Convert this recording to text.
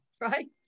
right